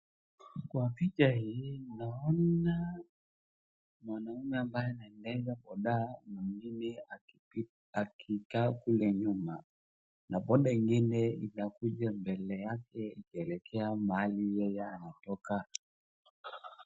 Kwa picha hii naona mwanaume ambaye anaendesha boda na mwingiine akikaa kule nyuma, na boda ingine inakuja mbele yake ikielekea mahali yeye anatoka.